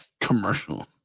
commercial